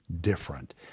different